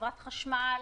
חברת החשמל,